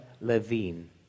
Levine